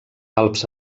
alps